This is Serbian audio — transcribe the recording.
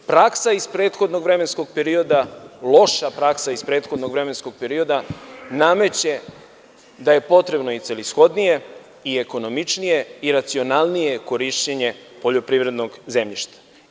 Praksa iz prethodnog vremenskog perioda, loša praksa iz prethodnog vremenskog perioda nameće da je potrebno i celishodnije i ekonomičnije i racionalnije korišćenje poljoprivrednog zemljišta.